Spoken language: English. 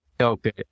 Okay